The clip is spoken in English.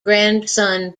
grandson